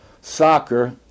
soccer